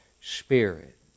spirit